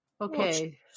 Okay